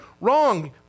wrong